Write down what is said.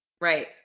Right